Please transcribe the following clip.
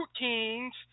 routines